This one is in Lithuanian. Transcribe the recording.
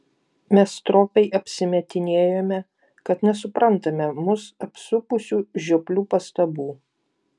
mes stropiai apsimetinėjome kad nesuprantame mus apsupusių žioplių pastabų